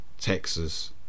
Texas